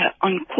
on